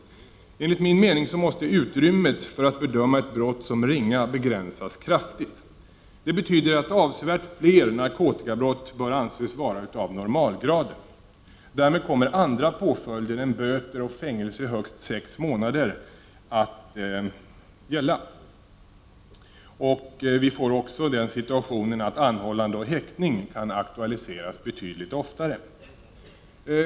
Enligt min mening måste utrymmet när det gäller att bedöma ett brott som ringa kraftigt begränsas. Det betyder att avsevärt fler narkotikabrott bör anses vara av normalgraden. Därmed kommer andra påföljder än böter och fängelse i högst sex månader att gälla i större utsträckning. Vi får också den situationen att anhållande och häktning kan aktualiseras betydligt oftare.